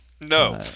No